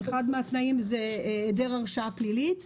אחד מן התנאים הוא היעדר הרשעה פלילית,